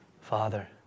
Father